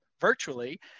virtually